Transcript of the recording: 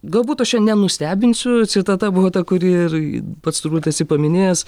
galbūt aš čia nenustebinsiu citata buvo ta kuri ir pats turbūt esi paminėjęs